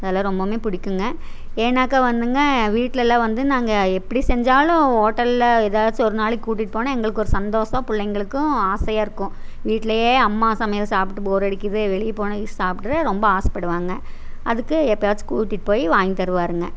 அதெல்லாம் ரொம்பவுமே பிடிக்குங்க ஏன்னாக்கால் வந்துங்க வீட்லெலாம் வந்து நாங்கள் எப்படி செஞ்சாலும் ஹோட்டலில் ஏதாச்சும் ஒரு நாளைக்கு கூட்டிகிட்டு போனால் எங்களுக்கு ஒரு சந்தோஷம் பிள்ளைங்களுக்கும் ஆசையாயிருக்கும் வீட்லேயே அம்மா சமையல் சாப்பிட்டு போர் அடிக்குது வெளியே போனால் எங்கேயாது சாப்பிட ரொம்ப ஆசைப்படுவாங்க அதுக்கு எப்பேயாச்சும் கூட்டிகிட்டு போய் வாங்கித்தருவாருங்க